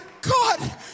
god